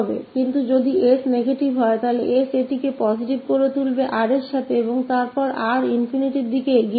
लेकिन यदि s negative है तो s उसको आर के साथ पॉजिटिव बना देगा R से ∞ के तरफ जाएगा